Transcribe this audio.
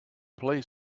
play